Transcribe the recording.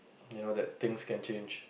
you know that things can change